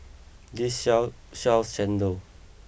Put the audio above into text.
this shop sells Chendol